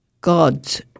God's